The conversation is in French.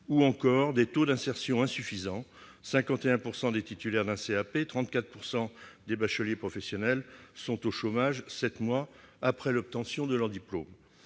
ou encore des taux d'insertion insuffisants. Ainsi, quelque 51 % des titulaires d'un CAP et 34 % des bacheliers professionnels étaient au chômage sept mois après l'obtention de leur diplôme.